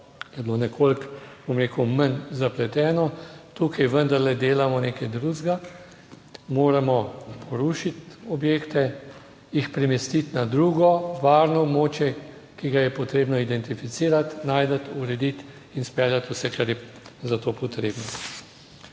je bilo nekoliko, bom rekel, manj zapleteno, tukaj vendarle delamo nekaj drugega. Moramo porušiti objekte, jih premestiti na drugo varno območje, ki ga je potrebno identificirati, najti, urediti in speljati vse, kar je za to potrebno.